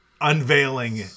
unveiling